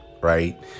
right